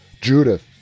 Judith